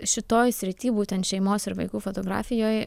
šitoj srity būtent šeimos ir vaikų fotografijoj